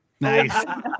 Nice